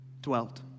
dwelt